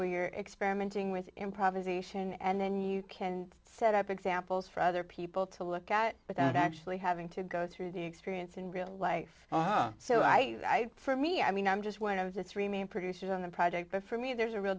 where you're experimenting with you improvisation and then you can set up examples for other people to look at without actually having to go through the experience in real life so i for me i mean i'm just one of the three main producers on the project but for me there's a real